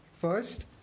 first